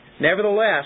Nevertheless